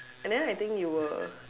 and then I think you were